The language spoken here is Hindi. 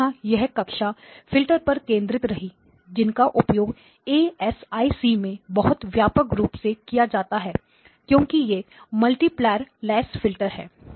तो पुनः यह कक्षा फिल्टर पर केंद्रित रही जिनका उपयोग ASIC में बहुत व्यापक रूप से किया जाता है क्योंकि यह मल्टीप्लाईर लैस फिल्टर हैं